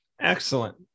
Excellent